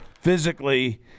physically